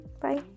bye